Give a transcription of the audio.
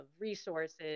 resources